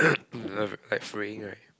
like fraying right